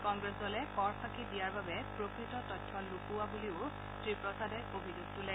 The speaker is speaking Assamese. কংগ্ৰেছ দলে কৰ ফাঁকি দিয়াৰ বাবে প্ৰকৃত তথ্য লুকুওৱা বুলি শ্ৰীপ্ৰসাদে অভিযোগ তোলে